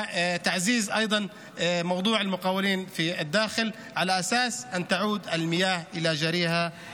ובכך גם לתגבר את מערכת העבודה בארץ וגם לסייע לקבלנים בארץ,